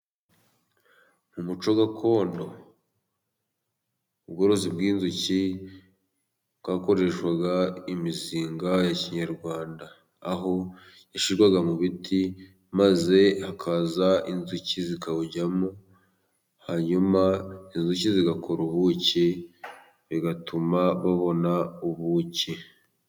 Mu muco gakondo, ubworozi bw'inzuki bwakoreshwaga imizinga ya kinyarwanda, aho yashyirwaga mu biti maze hakaza inzuki zikawujyamo, hanyuma inzuki zigakora ubuki bigatuma babona ubuki.